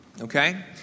Okay